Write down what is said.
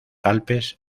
alpes